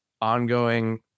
ongoing